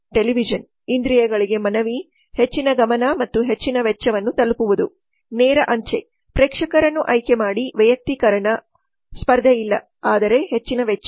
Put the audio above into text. television ಇಂದ್ರಿಯಗಳಿಗೆ ಮನವಿ ಹೆಚ್ಚಿನ ಗಮನ ಮತ್ತು ಹೆಚ್ಚಿನ ವೆಚ್ಚವನ್ನು ತಲುಪುವುದು ನೇರ ಅಂಚೆ ಪ್ರೇಕ್ಷಕರನ್ನು ಆಯ್ಕೆಮಾಡಿ ವೈಯಕ್ತೀಕರಣ ಸ್ಪರ್ಧೆಯಿಲ್ಲ ಆದರೆ ಹೆಚ್ಚಿನ ವೆಚ್ಚ